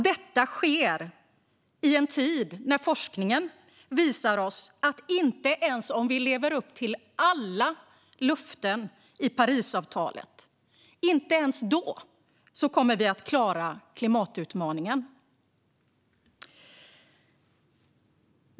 Detta sker i en tid när forskningen visar oss att inte ens om vi lever upp till alla löften i Parisavtalet kommer vi att klara klimatutmaningen.